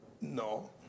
No